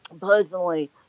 personally